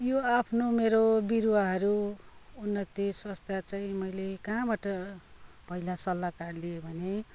यो आफ्नो मेरो बिरुवाहरू उन्नति स्वास्थ्य चाहिँ मैले कहाँबाट पहिला सल्लाहकार लिएँ भने